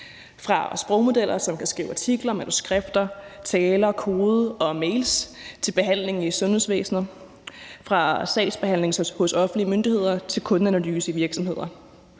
fra sprogmodeller, som kan skrive artikler, manuskripter, taler, koder og mails, til behandlinger i sundhedsvæsenet, og fra sagsbehandlinger hos offentlige myndigheder til kundeanalyser i virksomheder.